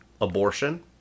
abortion